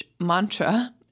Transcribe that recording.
Mantra